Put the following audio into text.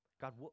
God